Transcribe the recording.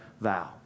vow